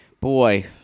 Boy